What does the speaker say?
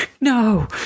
No